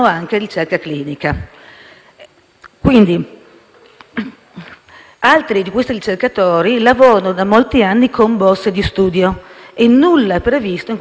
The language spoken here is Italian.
Altri di questi ricercatori lavorano da molti anni con borse di studio e nulla è previsto in questo momento per il futuro di queste persone.